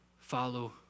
follow